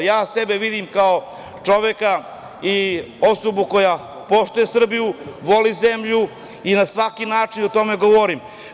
Ja sebe vidim kao čoveka i osobu koja poštuje Srbiju, voli zemlju i na svaki način o tome govorim.